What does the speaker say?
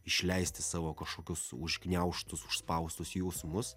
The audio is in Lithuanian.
išleisti savo kažkokius užgniaužtus užspaustus jausmus